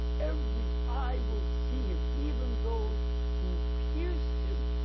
every eye will see him even those who pierced him